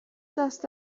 دست